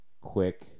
quick